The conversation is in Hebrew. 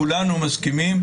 כולנו מסכימים,